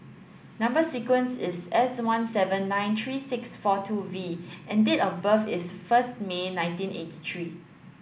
number sequence is S one seven nine three six four two V and date of birth is first May nineteen eighty three